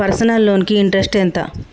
Personal loan కి interest ఎంత?